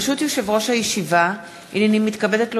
ברשות יושב-ראש הישיבה, הנני מתכבדת להודיעכם,